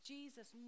Jesus